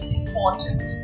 important